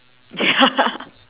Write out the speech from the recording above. ya